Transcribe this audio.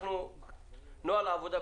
נוהל העבודה,